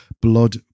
blood